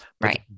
right